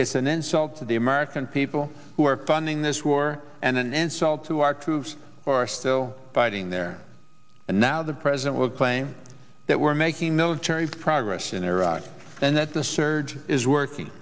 is an insult to the american people who are funding this war and an insult to our troops are still fighting there and now the president will claim that we're making military progress in iraq and that the surge is working